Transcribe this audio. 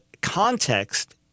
context